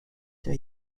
der